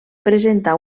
presenta